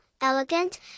elegant